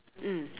mm